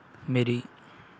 ਮੇਰੀ